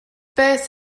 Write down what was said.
beth